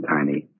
Tiny